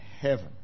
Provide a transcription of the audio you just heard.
heaven